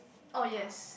oh yes